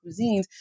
cuisines